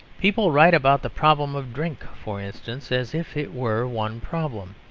people write about the problem of drink, for instance, as if it were one problem.